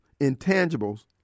intangibles